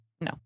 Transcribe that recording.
no